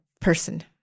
person